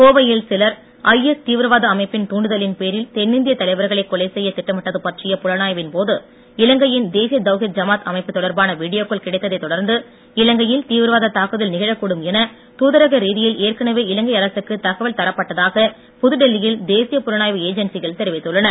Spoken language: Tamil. கோவையில் சிலர் ஐஎஸ் தீவிரவாத அமைப்பின் தூண்டுதலின் பேரில் தென்னிந்திய தலைவர்களை கொலை செய்ய திட்டமிட்டது பற்றிய புலனாய்வின் போது இலங்கையின் தேசிய தவ்கித் ஜமாத் அமைப்பு தொடர்பான வீடியோக்கள் கிடைத்ததை தொடர்ந்து இலங்கையில் தீவிரவாத தாக்குதல் நிகழக்கூடும் என தூதரக ரீதியில் ஏற்கனவே இலங்கை அரசுக்கு தகவல் தரப்பட்டதாக புதுடெல்லியில் தேசிய புலனாய்வு ஏஜென்சிகள் தெரிவித்துள்ளன